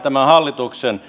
tämä hallituksen